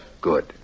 Good